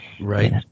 Right